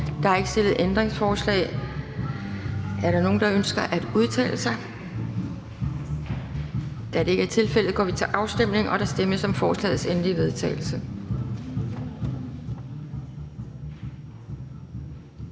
Der er ikke stillet ændringsforslag. Er der nogen, der ønsker at udtale sig? Da det ikke er tilfældet, går vi til afstemning. Kl. 12:25 Afstemning Anden